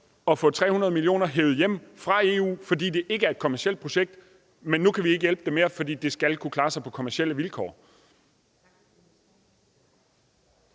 at få 300 mio. kr. hevet hjem fra EU, fordi det ikke er et kommercielt projekt. Men nu kan vi ikke hjælpe dem mere, fordi det skal kunne klare sig på kommercielle vilkår.